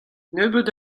nebeut